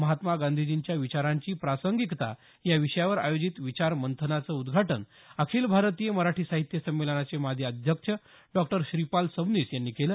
महात्मा गांधीजींच्या विचारांची प्रासंगिकता या विषयावर आयोजित विचार मंथनाचं उद्धाटन अखिल भारतीय मराठी साहित्य संमेलनाचे माजी अध्यक्ष डॉ श्रीपाल सबनीस यांनी केलं